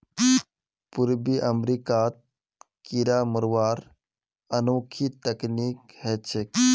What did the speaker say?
पूर्वी अमेरिकात कीरा मरवार अनोखी तकनीक ह छेक